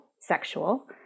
sexual